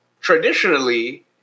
traditionally